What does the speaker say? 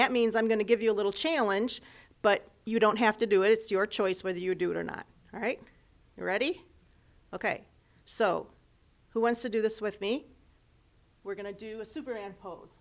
that means i'm going to give you a little challenge but you don't have to do it it's your choice whether you do it or not all right you ready ok so who wants to do this with me we're going to do a super